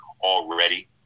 already